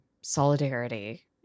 solidarity